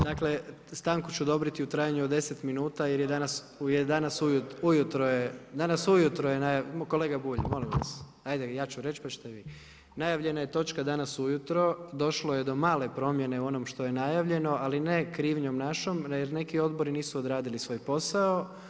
Dakle stanku ću odobriti u trajanju od deset minuta jer je danas ujutro je kolega Bulj molim vas, ajde ja ću reći pa ćete vi, najavljena je točka danas ujutro, došlo je do male promjene u onome što je najavljeno, ali ne krivnjom našom jer neki odbori nisu odradili svoj posao.